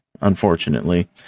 unfortunately